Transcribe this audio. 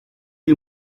you